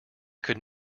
could